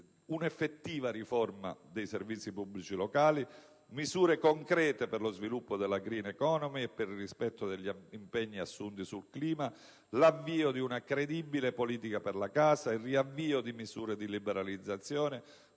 un'effettiva riforma dei servizi pubblici locali, misure concrete per lo sviluppo della *green economy* e per il rispetto degli impegni assunti sul clima, l'avvio di una credibile politica per la casa, il riavvio di misure di liberalizzazione,